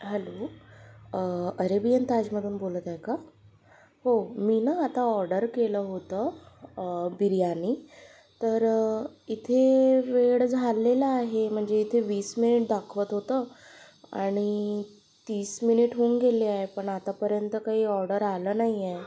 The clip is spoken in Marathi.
हॅलो अरेबियन ताजमधून बोलत आहे का हो मी ना आता ऑर्डर केलं होतं बिर्याणी तर इथे वेळ झालेला आहे म्हणजे इथे वीस मिनिट दाखवत होतं आणि तीस मिनिट होऊन गेले आहे पण आतापर्यंत काही ऑर्डर आला नाहीये